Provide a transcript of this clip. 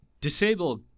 disable